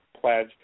pledge